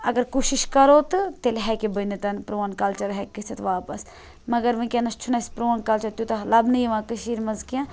اَگَر کوٗشِش کَرَو تہٕ تیٚلہِ ہیٚکہِ بٔنِتھ پرون کَلچَر ہیٚکہِ گٔژھِتھ واپَس مَگَر وٕنکیٚنَس چھُ نہٕ اَسہِ پرون کَلچَر تیوتاہ لَبنہٕ یِوان کٔشیٖر مَنٛز کینٛہہ